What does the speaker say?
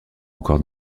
encore